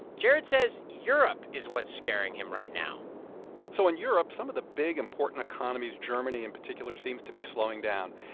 jared says europe is what's scaring him right now so in europe, some of the big, important economies germany in particular seems to be slowing down.